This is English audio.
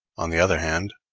on the other hand,